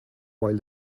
while